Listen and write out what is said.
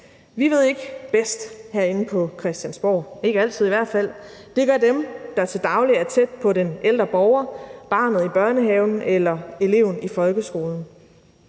Vi ved ikke bedst herinde på Christiansborg – ikke altid i hvert fald. Det gør dem, der til daglig er tæt på den ældre borger, barnet i børnehaven eller eleven i folkeskolen.